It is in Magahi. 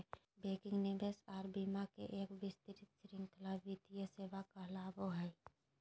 बैंकिंग, निवेश आर बीमा के एक विस्तृत श्रृंखला वित्तीय सेवा कहलावय हय